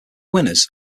winners